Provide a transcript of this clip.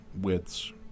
widths